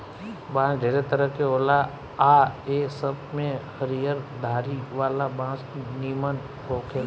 बांस ढेरे तरह के होला आ ए सब में हरियर धारी वाला बांस निमन होखेला